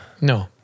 No